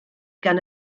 gan